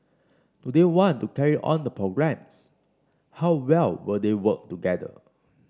do they want to carry on the programmes how well will they work together